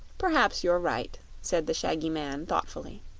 perhaps you're right, said the shaggy man, thoughtfully.